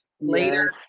later